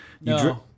No